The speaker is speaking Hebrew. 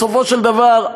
בסופו של דבר,